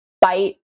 bite